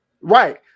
Right